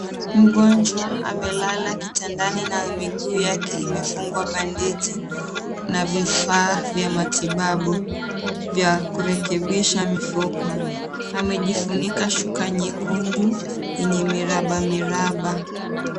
Mgonjwa amelala kitandani na miguu yake imefungwa bandeji, na vifaa vya matibabu vya kurekebisha mifupa. Amejifunika shuka nyekundu, yenye miraba miraba.